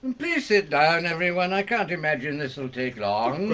and please sit down, everyone i can't imagine this'll take long.